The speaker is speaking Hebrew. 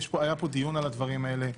היה פה דיון על הדברים האלה.